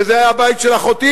וזה היה הבית של אחותי,